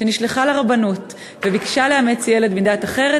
נשלחו לרבנות לאחר שביקשו לאמץ ילד מדת אחרת